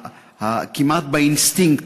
כמעט באינסטינקט,